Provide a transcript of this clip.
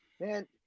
Man